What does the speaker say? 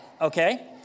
okay